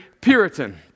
Puritan